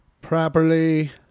properly